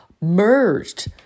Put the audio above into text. merged